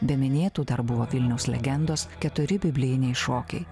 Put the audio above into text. be minėtų dar buvo vilniaus legendos keturi biblijiniai šokiai